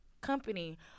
company